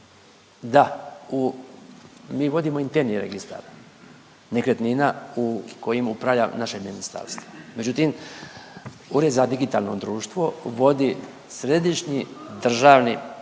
da u mi vodimo interni registar nekretnina kojim upravlja naše ministarstvo, međutim Ured za digitalno društvo vodi središnji državni